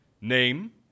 Name